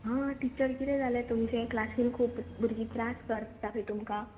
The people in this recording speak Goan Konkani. हां टिचर किदें जालें तुमचें क्लासीन खूब भुरगीं त्रास करता खंय तुमकां